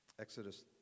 Exodus